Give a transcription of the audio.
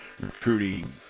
recruiting